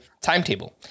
timetable